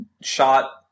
shot